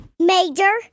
Major